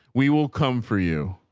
we will come for you.